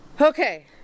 Okay